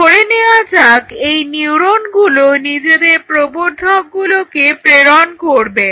ধরে নেয়া যাক এই নিউরনগুলো নিজেদের প্রবর্ধকগুলোকে প্রেরণ করবে